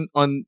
on